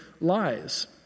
lies